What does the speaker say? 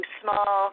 small